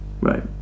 Right